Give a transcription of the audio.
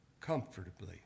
comfortably